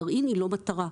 גרעין הוא לא מטרה.